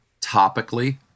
topically